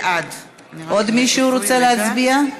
בעד עוד מישהו רוצה להצביע?